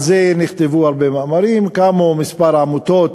נכתבו על זה הרבה מאמרים, קמו כמה עמותות,